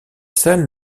salles